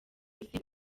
rubavu